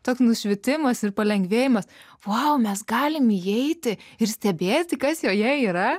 toks nušvitimas ir palengvėjimas vau mes galim įeiti ir stebėti kas joje yra